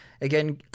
again